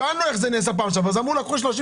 שאלנו בפעם שעברה איך זה נעשה ואמרו שלקחו